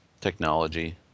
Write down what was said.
technology